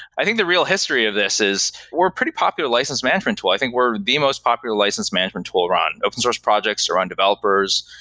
i think the real history of this is we're a pretty popular license management tool. i think we're the most popular license management tool around open source projects, around developers.